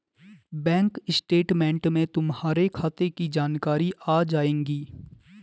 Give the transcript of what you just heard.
bank statement में तुम्हारे खाते की जानकारी आ जाएंगी